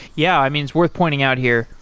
yeah. i mean, it's worth pointing out here.